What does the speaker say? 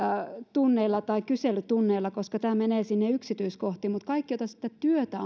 tunneilla tai kyselytunneilla koska se menee sinne yksityiskohtiin mutta kaikki jotka sitä työtä